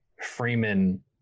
Freeman